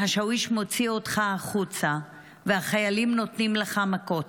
השאוויש מוציא אותך החוצה והחיילים נותנים לך מכות.